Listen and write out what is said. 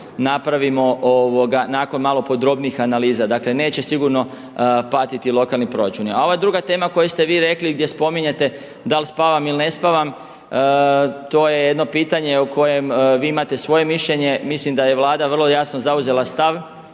napravimo nakon malo podrobnijih analiza. Dakle neće sigurno patiti lokalni proračuni. A ova druga tema o kojoj ste vi rekli gdje spominjete da li spavam ili ne spavam, to je jedno pitanje o kojem vi imate svoje mišljenje. Mislim da je Vlada vrlo jasno zauzela stav